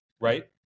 right